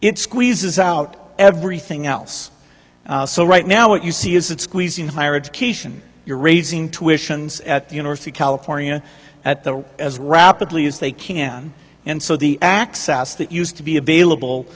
it squeezes out everything else so right now what you see is that squeezing higher education you're raising tuitions at the university of california at the as rapidly as they can and so the access that used to be available